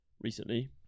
recently